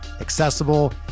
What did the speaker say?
accessible